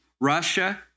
Russia